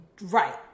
Right